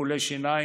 טיפולי שיניים,